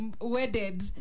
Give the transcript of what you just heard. wedded